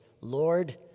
Lord